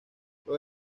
los